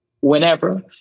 whenever